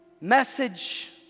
message